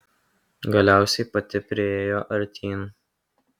galiausiai pati priėjo artyn